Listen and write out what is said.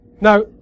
Now